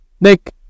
Nick